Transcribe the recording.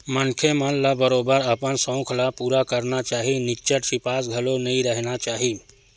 मनखे मन ल बरोबर अपन सउख ल पुरा करना चाही निच्चट चिपास घलो नइ रहिना चाही